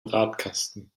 radkasten